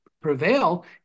prevail